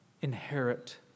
inherit